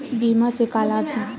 बीमा से का लाभ हे?